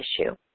issue